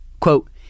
Quote